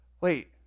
wait